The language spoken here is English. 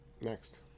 next